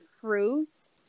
fruits